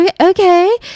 okay